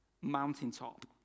mountaintop